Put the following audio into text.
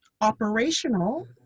operational